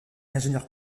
ingénieur